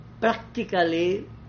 practically